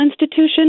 institution